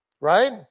right